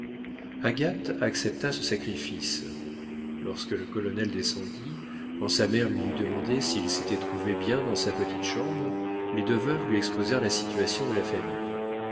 agathe accepta ce sacrifice lorsque le colonel descendit quand sa mère lui eut demandé s'il s'était trouvé bien dans sa petite chambre les deux veuves lui exposèrent la situation de la famille